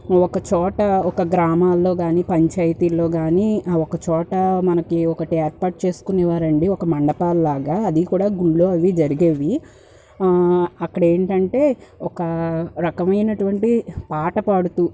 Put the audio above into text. ఒక చోట ఒక గ్రామాల్లో కానీ పంచాయితీల్లో కానీ ఒక చోట మనకి ఒకటి ఏర్పాటు చేసుకునేవారండి ఒక మండపాలు లాగా అది కూడా గుళ్ళో అవి జరిగేవి అక్కడేంటంటే ఒక రకమైనటువంటి పాటపాడుతు